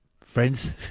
friends